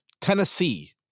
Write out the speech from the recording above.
Tennessee